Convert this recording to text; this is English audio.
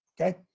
Okay